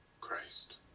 Christ